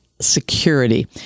security